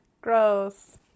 Gross